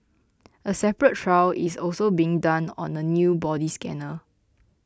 a separate trial is also being done on a new body scanner